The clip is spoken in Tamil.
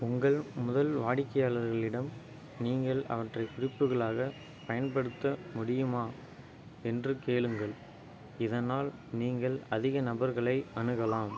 உங்கள் முதல் வாடிக்கையாளர்களிடம் நீங்கள் அவற்றை குறிப்புகளாகப் பயன்படுத்த முடியுமா என்று கேளுங்கள் இதனால் நீங்கள் அதிக நபர்களை அணுகலாம்